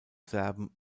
serben